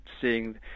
seeing